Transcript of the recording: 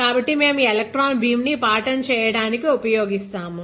కాబట్టి మేము ఈ ఎలక్ట్రాన్ భీము ని పాటర్న్స్ చేయడానికి ఉపయోగిస్తాము